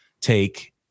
take